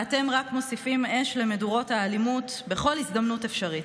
ואתם רק מוסיפים אש למדורות האלימות בכל הזדמנות אפשרית,